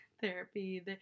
therapy